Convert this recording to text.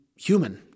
human